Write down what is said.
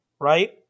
Right